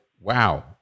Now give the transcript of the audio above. wow